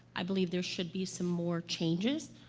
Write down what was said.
i believe there should be some more changes.